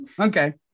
okay